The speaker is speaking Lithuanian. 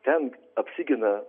ten apsigina